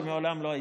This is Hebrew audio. שמעולם לא הייתה.